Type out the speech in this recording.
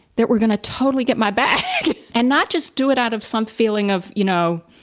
that were going to totally get my back and not just do it out of some feeling of, you know,